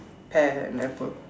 pear and apple